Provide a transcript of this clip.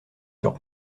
sur